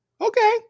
okay